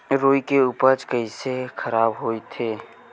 रुई के उपज कइसे खराब होथे?